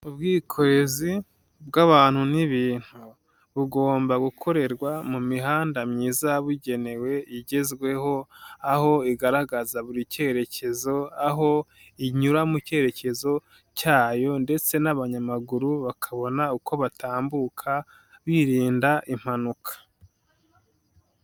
Ubwikorezi bw'abantu n'ibintu, bugomba gukorerwa mu mihanda myiza bugenewe igezweho, aho igaragaza buri cyerekezo, aho inyura mu cyerekezo cyayo ndetse n'abanyamaguru bakabona uko batambuka, birinda impanuka.